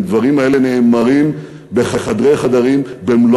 הדברים האלה נאמרים בחדרי-חדרים במלוא